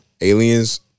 Aliens